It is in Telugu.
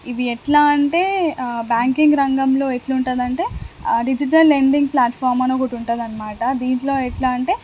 ఇవి ఎలా అంటే బ్యాంకింగ్ రంగంలో ఎలా ఉంటుంది అంటే డిజిటల్ లెండింగ్ ప్లాట్ఫామ్ అని ఒక్కటి ఉంటుంది అన్నమాట దీంట్లో ఎలా అంటే